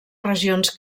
regions